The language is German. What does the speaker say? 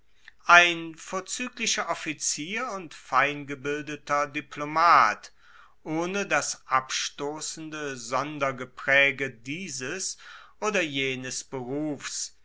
ein vorzueglicher offizier und feingebildeter diplomat ohne das abstossende sondergepraege dieses oder jenes berufs